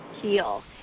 heal